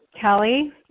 Kelly